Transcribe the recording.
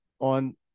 on